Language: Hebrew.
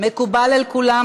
לא הספקתי.